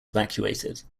evacuated